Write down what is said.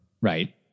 Right